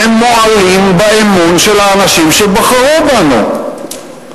ומועלים באמון של האנשים שבחרו בנו.